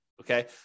okay